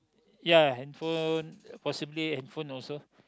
ya handphone possibly handphone also